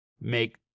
make